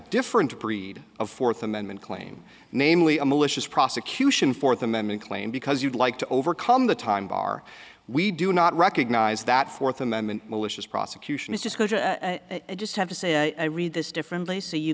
different breed of fourth amendment claim namely a malicious prosecution fourth amendment claim because you'd like to overcome the time bar we do not recognize that fourth amendment malicious prosecution is just i just have to say i read this differently so you